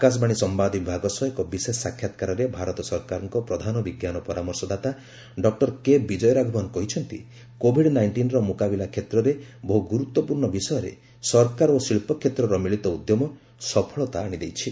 ଆକାଶବାଣୀ ସମ୍ଭାଦ ବିଭାଗ ସହ ଏକ ବିଶେଷ ସାକ୍ଷାତ୍କାରରେ ଭାରତ ସରକାରଙ୍କ ପ୍ରଧାନ ବିଜ୍ଞାନ ପରାମର୍ଶଦାତା ଡକ୍କର କେ ବିଜୟ ରାଘବନ୍ କହିଛନ୍ତି କୋଭିଡ୍ ନାଇଷ୍ଟିନ୍ର ମୁକାବିଲା କ୍ଷେତ୍ରରେ ବହୁ ଗୁରୁତ୍ୱପୂର୍ଣ୍ଣ ବିଷୟରେ ସରକାର ଓ ଶିଳ୍ପ କ୍ଷେତ୍ରର ମିଳିତ ଉଦ୍ୟମ ସଫଳତା ଆଣିଦେଇଛି